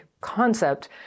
concept